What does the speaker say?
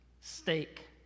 Steak